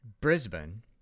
Brisbane